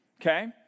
okay